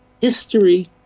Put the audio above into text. History